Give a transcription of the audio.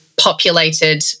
populated